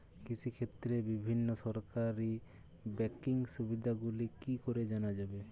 কৃষিক্ষেত্রে বিভিন্ন সরকারি ব্যকিং সুবিধাগুলি কি করে জানা যাবে?